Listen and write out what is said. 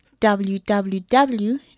www